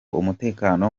umutekano